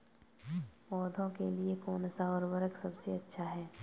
पौधों के लिए कौन सा उर्वरक सबसे अच्छा है?